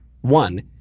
one